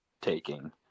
taking